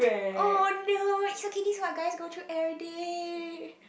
oh no this what guys go through everyday